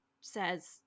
says